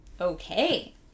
Okay